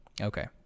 Okay